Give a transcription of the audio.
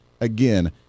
again